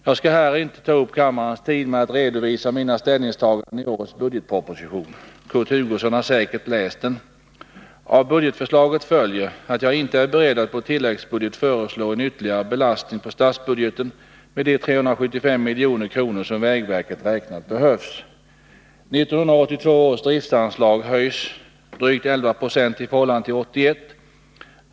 Jag skall här inte ta upp kammarens tid med att redovisa mina ställningstaganden i årets budgetproposition. Kurt Hugosson har säkert läst den. Av budgetförslaget följer att jag inte är beredd att på tilläggsbudget föreslå en ytterligare belastning på statsbudgeten med de 375 milj.kr. som enligt vägverkets beräkningar behövs. 1982 års driftanslag höjs drygt 11 96 i förhållande till 1981.